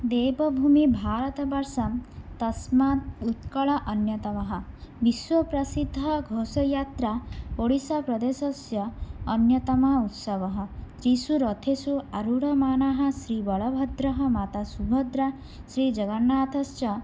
देवभूमिः भारतवर्षं तस्मात् उत्कलः अन्यतमः विश्वप्रसिद्धघोसयात्रा ओडिस्साप्रदेशस्य अन्यतमः उत्सवः येषु रथेषु आरूढमानाः श्रीबलभद्रः माता सुभद्रा श्रीजगन्नाथश्च